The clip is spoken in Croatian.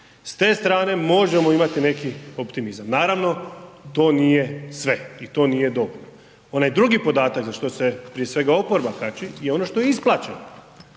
S te strane možemo imati neki optimizam. Naravno to nije sve i to nije dovoljno. Onaj drugi podatak za koji se prije svega oporba kači je ono što je isplaćeno.